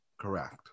Correct